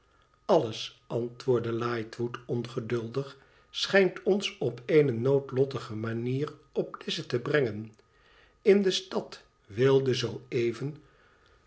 antwoordde lightwood ongeduldig schijnt ons op eene noodlottige manier oplize te brengen in de stad wilde zoo even